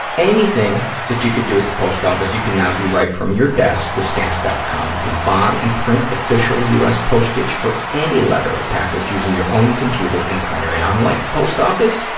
anything that you could do at the post office you can now do right from your desk with stamps. com. you can buy and print official u. s. postage for any letter or package using your own computer and printer, and unlike the post office,